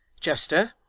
chester,